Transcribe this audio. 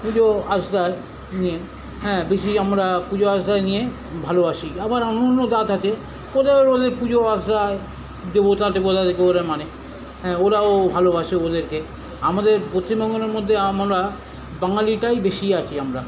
পুজো আচ্চা নিয়ে হ্যাঁ বেশি আমরা পুজো আচ্চা নিয়ে ভালোবাসি আবার অন্য অন্য জাত আছে কোথাও ওদের পুজো আচ্চা হয় দেবতা দেবতাদেরকে ওরা মানে হ্যাঁ ওরাও ভালোবাসে ওদেরকে আমাদের পশ্চিম বেঙ্গলের মধ্যে আমরা বাঙালিটাই বেশি আছি আমরা